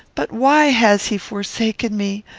but why has he forsaken me?